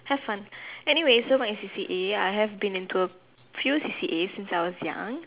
have fun anyways my C_C_A I have been to a few C_C_A S in since I was young